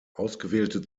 ausgewählte